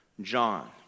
John